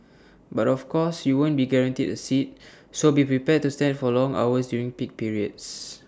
but of course you won't be guaranteed A seat so be prepared to stand for long hours during peak periods